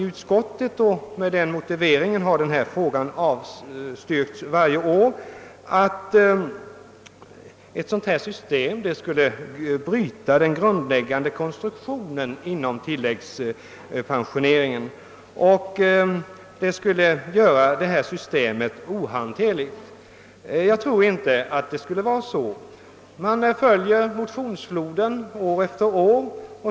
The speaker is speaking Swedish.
Utskottet avstyrker detta förslag varje år med den motiveringen, att en sådan förändring skulle bryta den grundläggande konstruktionen inom tilläggspensioneringen och göra systemet ohanterligt. Jag tror inte på detta. Jag har följt motionsfloden år efter år.